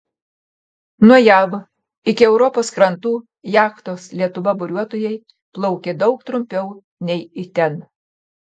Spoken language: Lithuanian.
nuo jav iki europos krantų jachtos lietuva buriuotojai plaukė daug trumpiau nei į ten